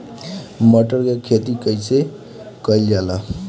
मटर के खेती कइसे कइल जाला?